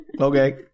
Okay